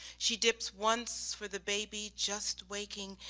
she dips once for the baby just waking,